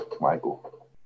Michael